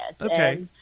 Okay